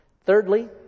Thirdly